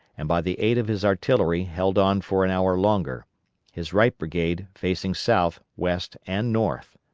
and by the aid of his artillery held on for an hour longer his right brigade facing south, west, and north.